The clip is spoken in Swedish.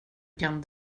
kan